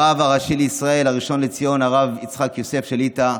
הרב הראשי לישראל הראשון לציון הרב יוסף שליט"א